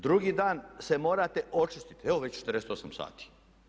Drugi dan se morate očistiti, evo već 48 sati.